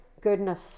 goodness